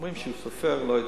אומרים שהוא סופר, לא יודע.